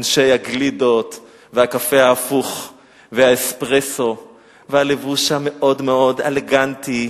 אנשי הגלידות והקפה ההפוך והאספרסו והלבוש המאוד-מאוד אלגנטי,